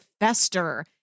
fester